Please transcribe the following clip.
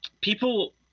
people